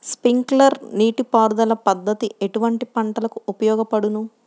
Sprinkler నీటిపారుదల పద్దతి ఎటువంటి పంటలకు ఉపయోగపడును?